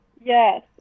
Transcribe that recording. Yes